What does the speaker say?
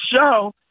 show